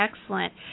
excellent